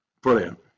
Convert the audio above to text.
Brilliant